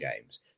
games